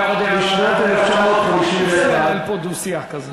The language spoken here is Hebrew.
אי-אפשר לנהל פה דו-שיח כזה.